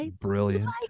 brilliant